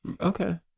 Okay